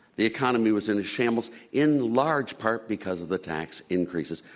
the economy was in a shambles in large part because of the tax increases.